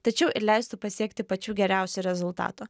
tačiau ir leistų pasiekti pačių geriausių rezultatų